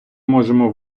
можемо